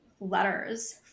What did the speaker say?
letters